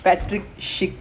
chic guys seh